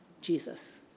Jesus